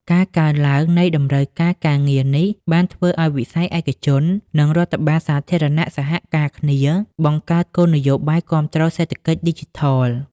ការកើនឡើងនៃតម្រូវការការងារនេះបានធ្វើឱ្យវិស័យឯកជន និងរដ្ឋបាលសាធារណៈសហការគ្នាបង្កើតគោលនយោបាយគាំទ្រសេដ្ឋកិច្ចឌីជីថល។